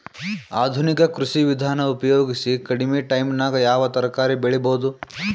ಆಧುನಿಕ ಕೃಷಿ ವಿಧಾನ ಉಪಯೋಗಿಸಿ ಕಡಿಮ ಟೈಮನಾಗ ಯಾವ ತರಕಾರಿ ಬೆಳಿಬಹುದು?